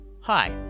Hi